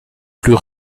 plus